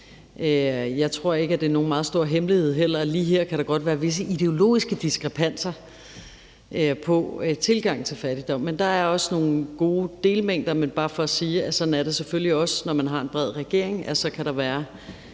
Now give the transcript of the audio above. heller ikke, at det er nogen meget stor hemmelighed, at lige her kan der godt være visse ideologiske diskrepanser i forhold til tilgangen til fattigdom. Der er også nogle gode delmængder, men det er bare for at sige, at sådan er det selvfølgelig også, når man har en bred regering, altså at der kan